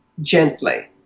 gently